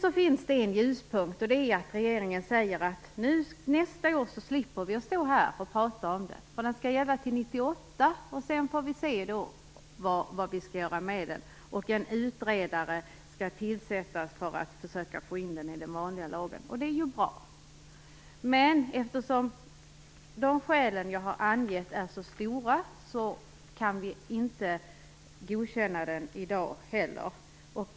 Nu finns det en ljuspunkt, och det är att regeringen säger att vi slipper stå här och prata om detta nästa år, för lagen skall gälla till 1998, och sedan får vi se vad vi skall göra med den. En utredare skall tillsättas för att försöka få in den i den vanliga lagen, och det är ju bra. Men eftersom de skäl jag har angett är så tungt vägande kan vi inte godkänna lagen i dag heller.